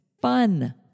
fun